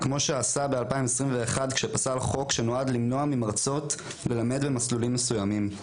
כמו שעשה ב- 2021 כשפסל חוק שנועד למנוע ממרצות ללמד במסלולים מסוימים,